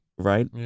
Right